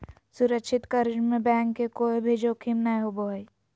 सुरक्षित कर्ज में बैंक के कोय भी जोखिम नय होबो हय